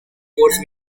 force